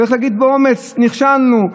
צריך להגיד באומץ: נכשלנו.